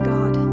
God